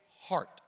heart